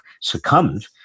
succumbed